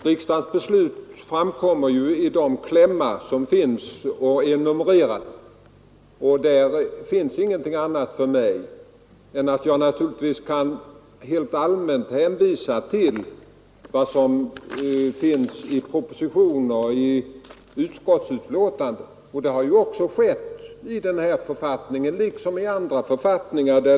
Riksdagens beslut framkommer i de klämmar som finns, och för en departementschef återstår ingenting annat än att hänvisa till vad som står i proposition och utskottsbetänkande. Det har ju också skett i denna författning liksom det skett i andra författningar.